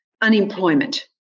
Unemployment